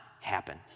happen